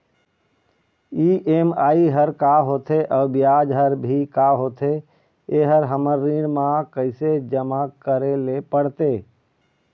EMI हर का होथे अऊ ब्याज हर भी का होथे ये हर हमर ऋण मा कैसे जमा करे ले पड़ते?